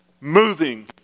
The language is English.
moving